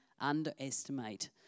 underestimate